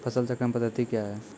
फसल चक्रण पद्धति क्या हैं?